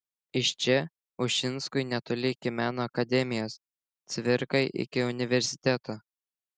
iš čia ušinskui netoli iki meno akademijos cvirkai iki universiteto